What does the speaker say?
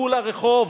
ייזרקו לרחוב.